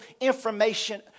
information